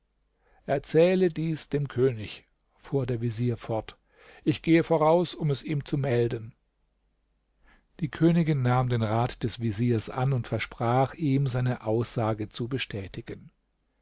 erzähle dies dem könig fuhr der vezier fort ich gehe voraus um es ihm zu melden die königin nahm den rat des veziers an und versprach ihm seine aussage zu bestätigen